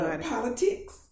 politics